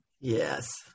Yes